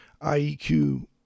IEQ